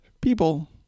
people